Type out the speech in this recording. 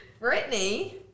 Britney